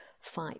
fight